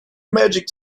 magic